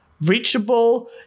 reachable